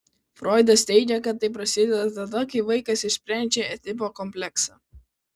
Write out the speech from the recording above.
froidas teigė kad tai prasideda tada kai vaikas išsprendžia edipo kompleksą